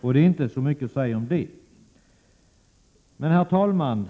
Det är inte så mycket att säga om detta. Herr talman!